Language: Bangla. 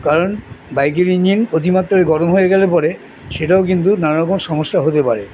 কারণ বাইকের ইঞ্জিন অতিমাত্রায় গরম হয়ে গেলে পরে সেটাও কিন্তু নানা রকম সমস্যা হতে পারে